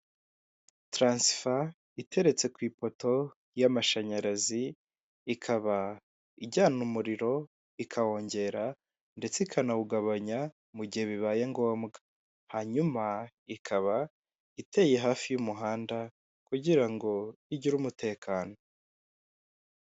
Turansifa iteretse ku ipoto y'amashanyarazi ikaba ijyana umuriro ikawongera ndetse ikanawugabanya mu gihe bibaye ngombwa, hanyuma ikaba iteye hafi y'umuhanda kugira ngo igire umutekano.